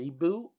reboot